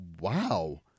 wow